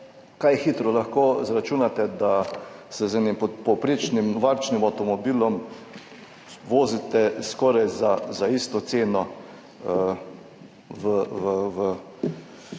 kaj hitro izračunate, da se z enim povprečnim varčnim avtomobilom vozite skoraj za isto ceno.